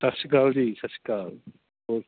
ਸਤਿ ਸ਼੍ਰੀ ਅਕਾਲ ਜੀ ਸਤਿ ਸ਼੍ਰੀ ਅਕਾਲ ਓ